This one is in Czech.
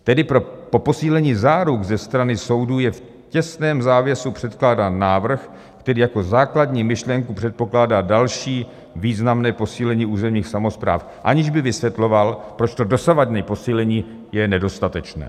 Tedy pro posílení záruk ze strany soudů je v těsném závěsu předkládán návrh, který jako základní myšlenku předpokládá další významné posílení územních samospráv, aniž by vysvětloval, proč to dosavadní posílení je nedostatečné.